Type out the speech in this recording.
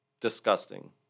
disgusting